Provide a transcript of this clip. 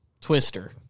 Twister